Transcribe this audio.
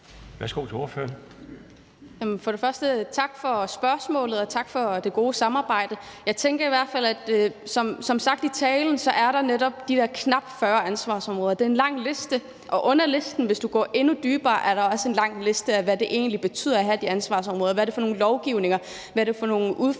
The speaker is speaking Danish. Værsgo til ordføreren.